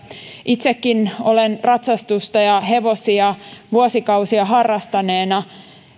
itsekin olen ratsastusta ja hevosia vuosikausia harrastaneena